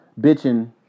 bitching